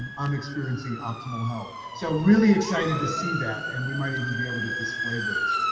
um i'm experiencing optimal health. so really excited to see that. and we might even be able to display those.